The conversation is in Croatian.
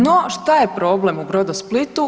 No šta je problem u „Brodosplitu“